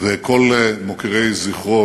וכל מוקירי זכרו